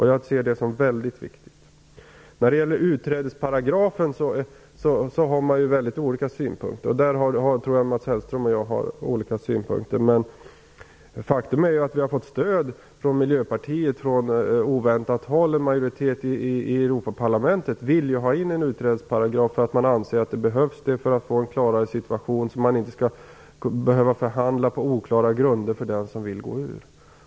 Jag ser det som mycket viktigt. När det gäller utträdesparagrafen har Mats Hellström och jag mycket olika synpunkter. Faktum är att Miljöpartiet har fått stöd från oväntat håll. En majoritet i Europaparlamentet vill ha in en utträdesparagraf. Man anser att den behövs för att man skall få en klarare situation, så att man inte skall behöva förhandla på oklara grunder med den som vill gå ur.